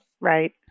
Right